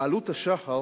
בעלות השחר